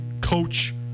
coach